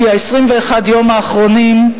כי 21 היום האחרונים,